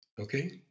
Okay